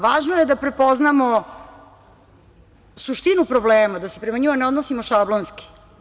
Važno je da prepoznamo suštinu problema, da se prema njima ne odnosimo šablonski.